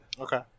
okay